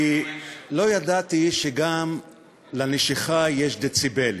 כי לא ידעתי שגם לנשיכה יש דציבלים,